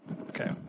Okay